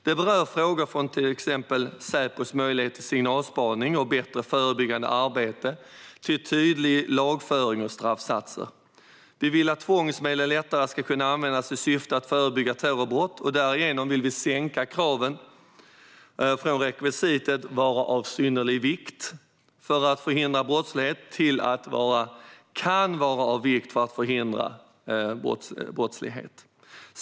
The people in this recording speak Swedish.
Den berör frågor från till exempel Säpos möjlighet till signalspaning och bättre förebyggande arbete till tydlig lagföring och straffsatser. Vi vill att tvångsmedel lättare ska kunna användas i syfte att förebygga terrorbrott, och därigenom vill vi sänka kraven från rekvisitet vara av synnerlig vikt för att förhindra brottslighet till kan vara av vikt för att förhindra brottslighet.